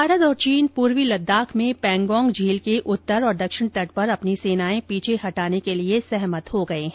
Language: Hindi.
भारत और चीन पूर्वी लददाख में पैंगोंग झील के उत्तर और दक्षिण तट पर अपनी सेनाएं पीछे हटाने के लिए सहमत हो गए हैं